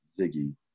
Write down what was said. Ziggy